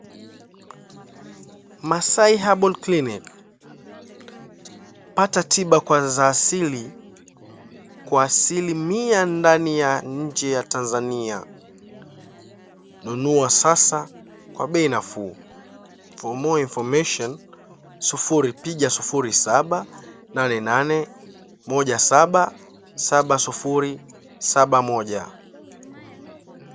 Masai Herbal Clinic, pata tiba kwa za asili kwa asilimia ndani na nje ya Tanzania nunua sasa kwa bei nafuu. For more information piga 0788177071.